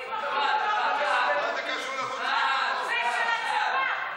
זה של הצבא.